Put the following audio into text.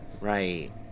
Right